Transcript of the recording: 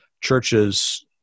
churches